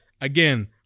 again